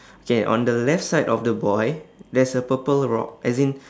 okay on the left side of the boy there's a purple rock as in